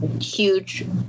huge